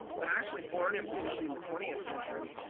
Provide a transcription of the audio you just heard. but actually foreign imposition in the twentieth century,